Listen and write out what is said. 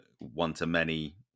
one-to-many